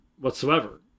whatsoever